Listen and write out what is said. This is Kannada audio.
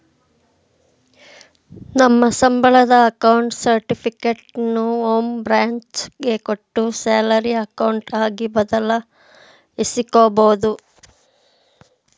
ನಮ್ಮ ಸಂಬಳದ ಅಕೌಂಟ್ ಸರ್ಟಿಫಿಕೇಟನ್ನು ಹೋಂ ಬ್ರಾಂಚ್ ಗೆ ಕೊಟ್ಟು ಸ್ಯಾಲರಿ ಅಕೌಂಟ್ ಆಗಿ ಬದಲಾಯಿಸಿಕೊಬೋದು